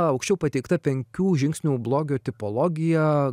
aukščiau pateikta penkių žingsnių blogio tipologija